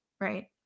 right